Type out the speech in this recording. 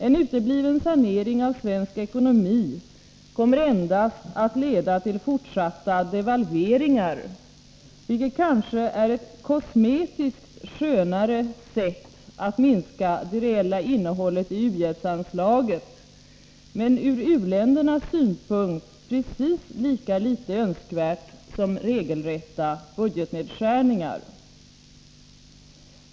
En utebliven sanering av svensk ekonomi kommer endast att leda till fortsatta devalveringar, vilket kanske är ett kosmetiskt skönare sätt att minska det reella innehållet i u-hjälpsanslaget men är ur u-ländernas synpunkt precis lika litet önskvärt som regelrätta budgetnedskärningar.